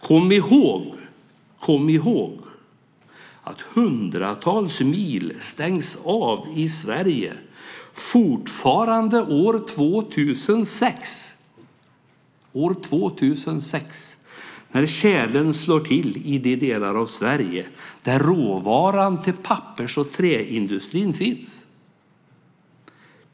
Kom ihåg att hundratals mil stängs av i Sverige fortfarande år 2006 när tjälen slår till i de delar av Sverige där råvaran till pappers och träindustrin finns!